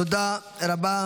תודה רבה.